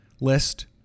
list